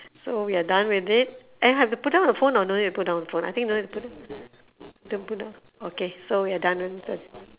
so we're done with it eh and have to put down the phone or no need to put down the phone I think don't need to put down don't put down okay so we're done